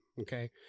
Okay